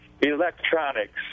electronics